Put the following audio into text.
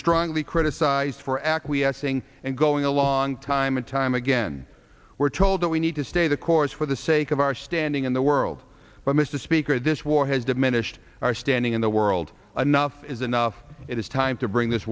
strongly criticized for acquiescing and going a long time and time again we're told that we need to stay the course for the sake of our standing in the world but mr speaker this war has diminished our standing in the world anough is enough it is time to bring this